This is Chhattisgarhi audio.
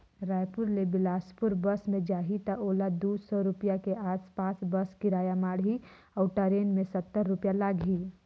रायपुर ले बेलासपुर बस मे जाही त ओला दू सौ रूपिया के आस पास बस किराया माढ़ही अऊ टरेन मे सत्तर रूपिया लागही